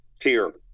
Tier